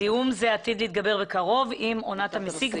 זיהום זה עתיד להתגבר בקרוב עם עונת המסיק,